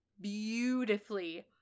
beautifully